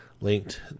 linked